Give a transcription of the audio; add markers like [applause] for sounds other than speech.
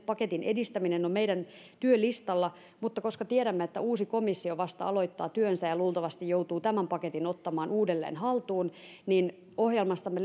paketin edistäminen on meidän työlistalla mutta koska tiedämme että uusi komissio vasta aloittaa työnsä ja luultavasti joutuu tämän paketin ottamaan uudelleen haltuun ohjelmastamme [unintelligible]